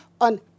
on